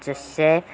Joseph